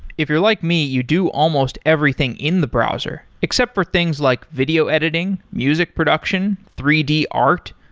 if you're like me, you do almost everything in the browser except for things like video editing, music production, three d art,